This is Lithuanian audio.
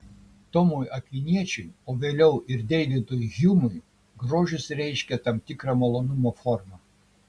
tomui akviniečiui o vėliau ir deividui hjumui grožis reiškė tam tikrą malonumo formą